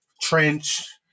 Trench